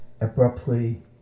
abruptly